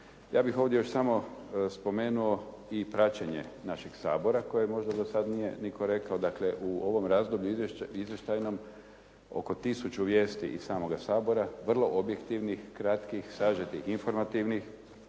Ja bih ovdje još samo spomenuo i praćenje našeg Sabora koje možda do sad nitko rekao. Dakle u ovom razdoblju izvještajnom oko tisuću vijesti iz samoga Sabora, vrlo objektivnih, kratkih, sažetih i informativnih.